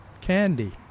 candy